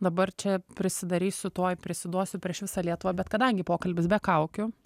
dabar čia prisidarysiu tuoj pasiduosiu prieš visą lietuvą bet kadangi pokalbis be kaukių